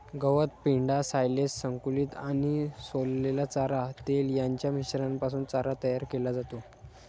गवत, पेंढा, सायलेज, संकुचित आणि सोललेला चारा, तेल यांच्या मिश्रणापासून चारा तयार केला जातो